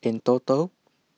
in total